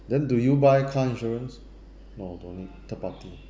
then do you buy car insurance no don't need third party